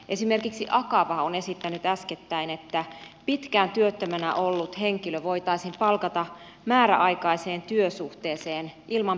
esimerkiksi akava on esittänyt äskettäin että pitkään työttömänä ollut henkilö voitaisiin palkata määräaikaiseen työsuhteeseen ilman perusteluja